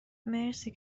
مرسی